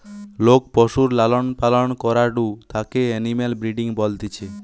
লোক পশুর লালন পালন করাঢু তাকে এনিম্যাল ব্রিডিং বলতিছে